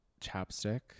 chapstick